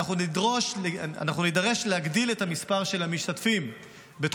אנחנו נידרש להגדיל את המספר של המשתתפים בתחום